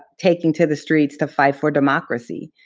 taking to the streets to fight for democracy,